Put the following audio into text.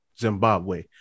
zimbabwe